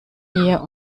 hier